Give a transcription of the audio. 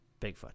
Bigfoot